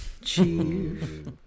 Chief